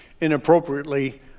inappropriately